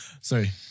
Sorry